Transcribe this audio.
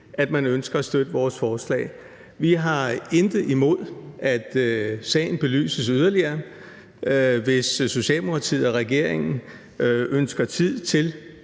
at man ønsker at støtte vores forslag. Vi har intet imod, at sagen belyses yderligere. Hvis Socialdemokratiet og regeringen ønsker tid til